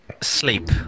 sleep